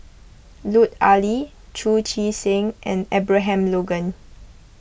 Lut Ali Chu Chee Seng and Abraham Logan